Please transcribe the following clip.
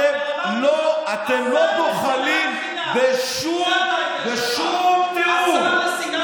שאתם לא בוחלים בשום תיאור,